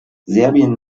serbien